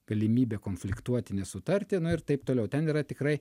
galimybė konfliktuoti nesutarti na ir taip toliau ten yra tikrai